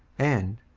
and,